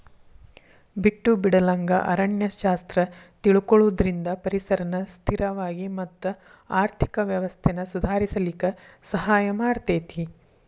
ಬಿಟ್ಟು ಬಿಡಲಂಗ ಅರಣ್ಯ ಶಾಸ್ತ್ರ ತಿಳಕೊಳುದ್ರಿಂದ ಪರಿಸರನ ಸ್ಥಿರವಾಗಿ ಮತ್ತ ಆರ್ಥಿಕ ವ್ಯವಸ್ಥೆನ ಸುಧಾರಿಸಲಿಕ ಸಹಾಯ ಮಾಡತೇತಿ